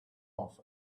off